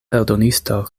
eldonisto